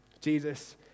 Jesus